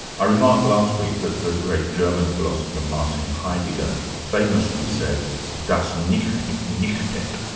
i remarked last week that the great german philosopher, martin heidegger famously said das nicht nichtet,